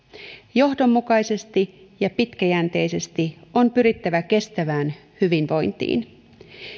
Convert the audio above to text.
johdonmukaisesti ja pitkäjänteisesti on pyrittävä kestävään hyvinvointiin